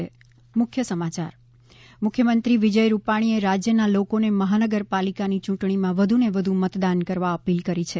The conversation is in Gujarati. ૈ મુખ્યમંત્રી વિજય રૂપાણીએ રાજ્યનાં લોકોને મહાનગરપાલિકાની યૂંટણીમાં વધુને વધુ મતદાન કરવા અપીલ કરી છે